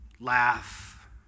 laugh